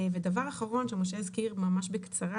דבר אחרון שמשה הזכיר ממש בקצרה,